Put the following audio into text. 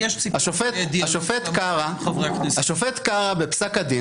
פרופ' נטע ברק קורן, בבקשה.